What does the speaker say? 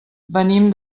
venim